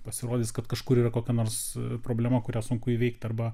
pasirodys kad kažkur yra kokia nors problema kurią sunku įveikti arba